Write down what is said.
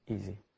easy